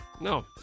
No